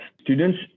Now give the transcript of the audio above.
students